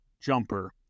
jumper